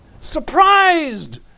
Surprised